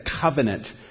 covenant